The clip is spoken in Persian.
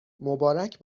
مبارک